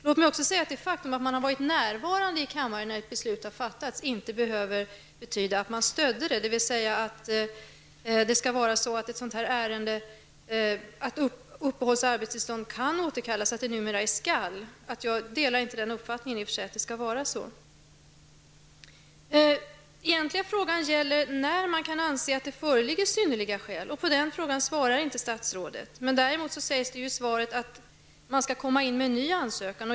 Låt mig vidare säga att det faktum att man har varit närvarande i kammaren när ett beslut har fattats inte behöver betyda att man stödjer beslutet, i det här fallet alltså att ordet kan har ändrats till skall. Jag delar inte uppfattningen att det skall vara så. Egentligen gäller frågan när man kan anse att det föreligger synnerliga skäl. På den frågan svarar inte statsrådet. Däremot sägs i svaret att man skall komma in med ny ansökan.